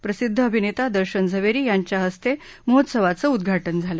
प्रसिद्ध अभिनेता दर्शन झवेरी यांच्या हस्ते महोत्सवाचं उद्घाटन झालं